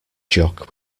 jock